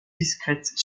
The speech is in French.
discrète